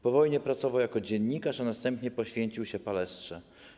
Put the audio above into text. Po wojnie pracował jako dziennikarz, a następnie poświęcił się palestrze.